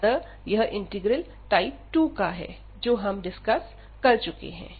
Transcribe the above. अतः यह integral type 2 का है जो हम डिस्कस कर चुके हैं